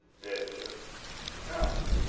deadlift and power clean